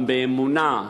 גם באמונה,